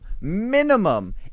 minimum